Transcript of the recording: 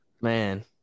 Man